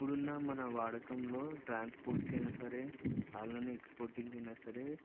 ఇప్పుడున్న మన వాడకంలో ట్రాన్స్పోర్ట్కైనా సరే అలానే ఎక్స్పోర్టింగ్కైనా సరే